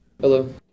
Hello